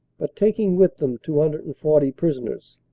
but taking with them two hundred and forty prisoners.